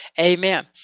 Amen